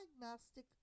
diagnostic